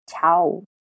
Ciao